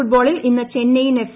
ഫുട്ബോളിൽ ഇന്ന് ചെന്നൈയിൻ എഫ്